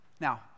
Now